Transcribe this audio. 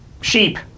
sheep